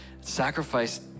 sacrifice